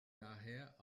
daher